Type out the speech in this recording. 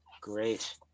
Great